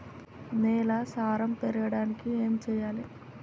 నేల సారం పెరగడానికి ఏం చేయాలి?